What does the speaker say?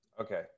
Okay